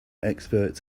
experts